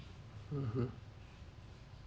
mmhmm